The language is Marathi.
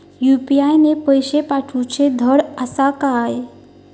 यू.पी.आय ने पैशे पाठवूचे धड आसा काय?